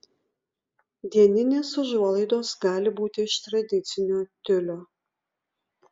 dieninės užuolaidos gali būti iš tradicinio tiulio